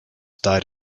died